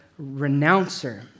renouncer